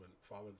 follow